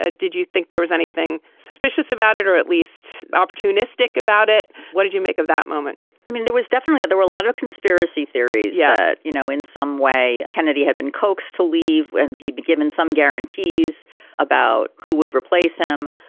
ah did you think there was anything suspicious about it or at least opportunistic about it. what did you make of that moment i mean there was definitely there were a lot of conspiracy theories. yeah. you know in some way kennedy had been coaxed to leave and he'd be given some guarantees about who would replace him.